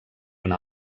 una